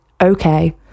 okay